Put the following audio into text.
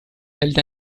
health